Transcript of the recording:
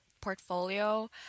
portfolio